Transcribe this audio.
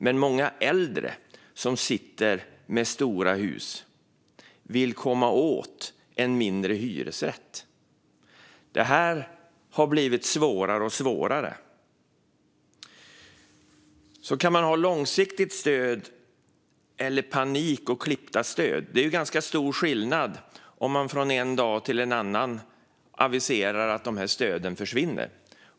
Men många äldre som sitter med stora hus vill flytta till en mindre hyresrätt. Det har blivit svårare och svårare. Ska man ha långsiktigt stöd, eller ska det vara panik och klippta stöd? Det är ganska stor skillnad, särskilt om man från en dag till en annan aviserar att stöden försvinner.